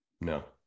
no